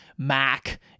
Mac